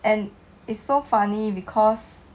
and it's so funny because